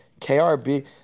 KRB